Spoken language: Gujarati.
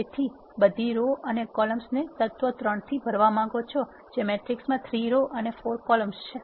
તેથી તમે બધી રો અને કોલમ્સ ને તત્વ 3 થી ભરવા માંગો છો જે મેટ્રિક્સ માં 3 રો અને 4 કોલમ્સ છે